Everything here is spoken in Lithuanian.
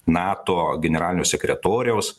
nato generalinio sekretoriaus